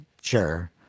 sure